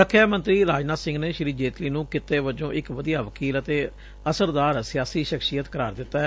ਰੱਖਿਆ ਮੰਤਰੀ ਰਾਜਨਾਥ ਸਿਮਘ ਨੇ ਸ਼ੀ ਜੇਤਲੀ ਨੂੰ ਕਿੱਤੇ ਵਜੋਂ ਇੱਕ ਵਧੀਆ ਵਕੀਲ ਅਤੇ ਅਸਰਦਾਰ ਸਿਆਸੀ ਸ਼ਖਸੀਅਤ ਕਰਾਰ ਦਿੱਤੈ